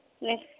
ନେ